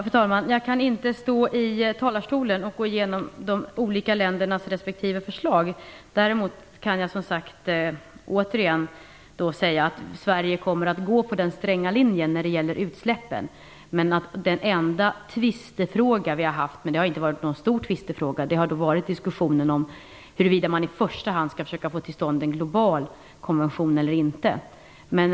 Fru talman! Jag kan inte här i talarstolen gå igenom de olika ländernas respektive förslag. Däremot kan jag återigen säga att Sverige kommer att gå på den stränga linjen när det gäller utsläppen. Den enda tvistefrågan vi har haft har varit diskussionen om huruvida man i första hand skall försöka få till stånd en global konvention eller inte. Det har inte varit någon stor tvistefråga.